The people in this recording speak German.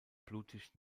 blutig